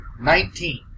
Nineteen